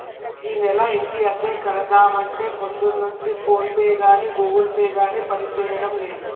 ఈనెల ఇంటి అద్దె కడదామంటే పొద్దున్నుంచి ఫోన్ పే గాని గూగుల్ పే గాని పనిచేయడం లేదు